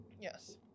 Yes